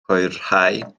hwyrhau